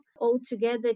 Altogether